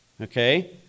Okay